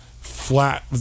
flat